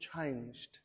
changed